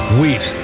Wheat